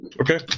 Okay